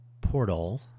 portal